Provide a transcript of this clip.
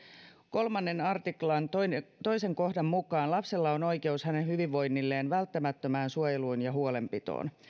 kolmannen artiklan toisen toisen kohdan mukaan lapsella on oikeus hyvinvoinnilleen välttämättömään suojeluun ja huolenpitoon